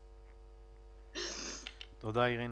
תודה, אירינה.